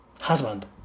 husband